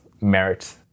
merit